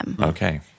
Okay